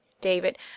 David